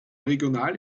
regional